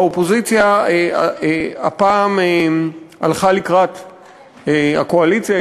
האופוזיציה הפעם הלכה לקראת הקואליציה.